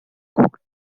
cooked